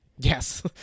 Yes